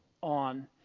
on